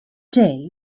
day